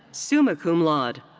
summa cum laude.